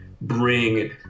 bring